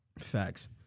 Facts